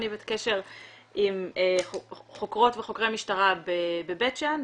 אני בקשר עם חוקרות וחוקרי המשטרה בבית שאן,